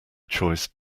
choice